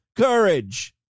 Courage